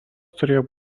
turėjo